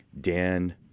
Dan